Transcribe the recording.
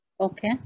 Okay